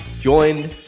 joined